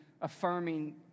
affirming